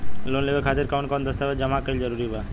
Loan लेवे खातिर कवन कवन दस्तावेज जमा कइल जरूरी बा?